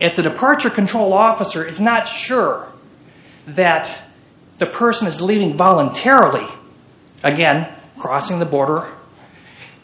the departure control officer is not sure that the person is leaving voluntarily again crossing the border